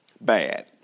Bad